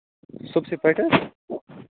صبُحسٕے پٮ۪ٹھ ہا